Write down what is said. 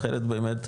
אחרת באמת,